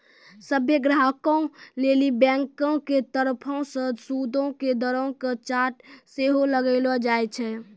सभ्भे ग्राहको लेली बैंको के तरफो से सूदो के दरो के चार्ट सेहो लगैलो जाय छै